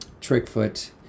Trickfoot